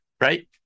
right